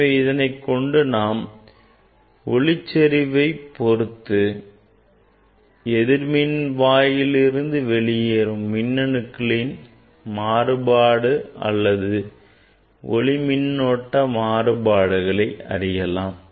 எனவே இதனைக் கொண்டு நாம் ஒளிச்செறிவைப் பொறுத்து எதிர்மின்வாயிலிருந்து வெளியேறும் மின்னணுக்களின் மாறுபாடு அல்லது ஒளி மின்னோட்ட மாறுபாடுகளை அறியலாம்